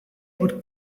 would